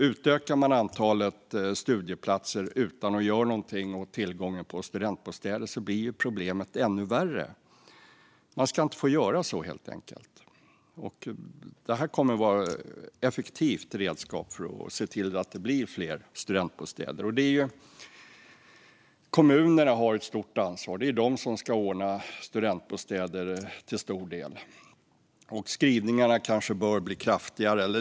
Utökar man antalet studieplatser utan att göra någonting åt tillgången på studentbostäder blir problemet ännu värre. Man ska inte få göra så, helt enkelt. Det kommer att vara ett effektivt redskap för att se till att det blir fler studentbostäder. Kommunerna har ett stort ansvar. Det är de som till stor del ska ordna studentbostäder. Skrivningarna kanske bör bli kraftigare.